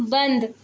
बन्द